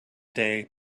day